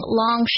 long